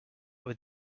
with